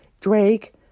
Drake